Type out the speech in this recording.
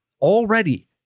already